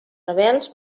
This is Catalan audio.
rebels